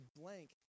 blank